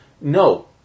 no